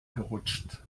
gerutscht